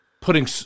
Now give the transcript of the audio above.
putting